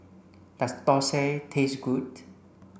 does Thosai taste good